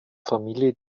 familie